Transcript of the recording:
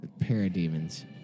Parademons